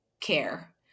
care